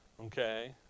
okay